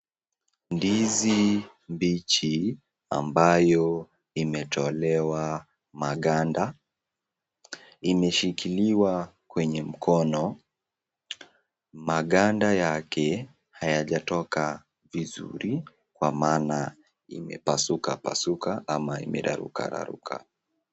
Ndizi mbichi, ambayo imetolewa maganda. Imeshikiliwa kwenye mkono, maganda yake hayajatoka vizuri, kwa maana imepasuka pasuka ama imeraruka raruka.